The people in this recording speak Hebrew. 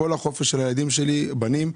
זה כל החופש שיש לילדים שלי, הבנים.